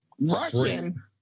Russian